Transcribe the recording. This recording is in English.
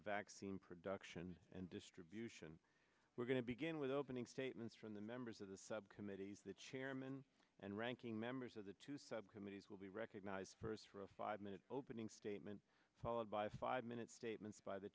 vaccine production and distribution we're going to begin with opening statements from the members of the subcommittee the chairman and ranking members of the two subcommittees will be recognized for a five minute opening statement followed by a five minute statements by the